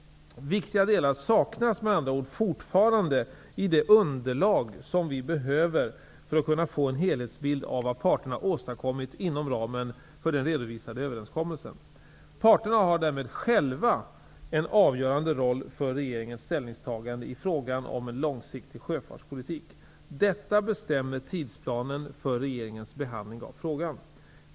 Viktiga delar saknas med andra ord fortfarande i det underlag som vi behöver för att kunna få en helhetsbild av vad parterna åstadkommit inom ramen för den redovisade överenskommelsen. Parterna har därmed själva en avgörande roll för regeringens ställningstagande i frågan om en långsiktig sjöfartspolitik. Detta bestämmer tidsplanen för regeringens behandling av frågan.